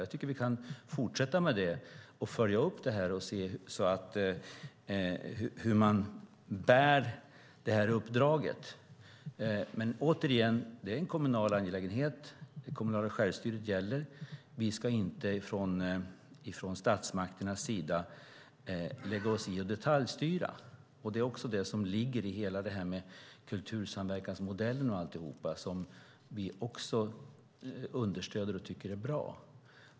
Jag tycker att vi kan fortsätta att följa upp och se på hur de bär uppdraget. Återigen säger jag att detta är en kommunal angelägenhet. Det kommunala självstyret gäller. Vi ska inte från statsmakternas sida lägga oss i och detaljstyra. Det finns i kultursamverkansmodellen, som vi också understöder och tycker är bra.